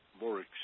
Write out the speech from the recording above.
more